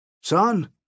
Son